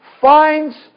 finds